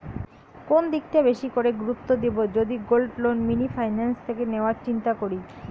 কোন দিকটা বেশি করে গুরুত্ব দেব যদি গোল্ড লোন মিনি ফাইন্যান্স থেকে নেওয়ার চিন্তা করি?